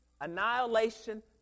annihilation